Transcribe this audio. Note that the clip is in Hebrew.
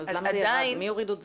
אז למה זה ירד, מי הוריד את זה?